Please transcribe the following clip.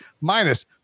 minus